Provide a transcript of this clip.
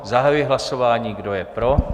Zahajuji hlasování, kdo je pro?